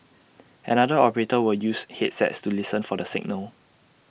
another operator will use headsets to listen for the signal